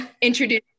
introduce